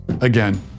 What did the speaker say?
again